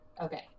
Okay